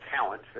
talent